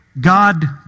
God